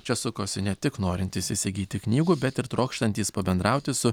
čia sukosi ne tik norintys įsigyti knygų bet ir trokštantys pabendrauti su